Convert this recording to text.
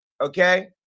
okay